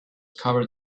covered